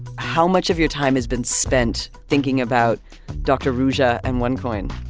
how much of your time has been spent thinking about dr. ruja and onecoin?